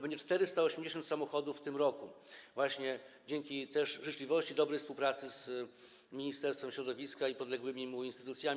Będzie to 480 samochodów w tym roku właśnie dzięki też życzliwości, dobrej współpracy z Ministerstwem Środowiska i podległymi mu instytucjami.